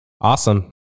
Awesome